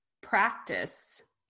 practice